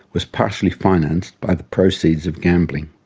was partly financed by the proceeds of gambling.